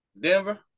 Denver